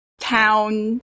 town